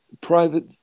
private